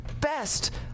best